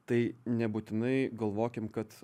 tai nebūtinai galvokim kad